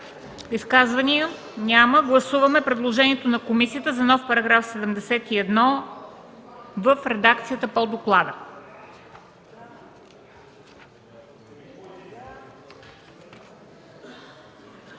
Изказвания? Няма. Гласуваме предложението на комисията за нов § 71 в редакцията по доклада.